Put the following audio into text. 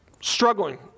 struggling